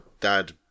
dad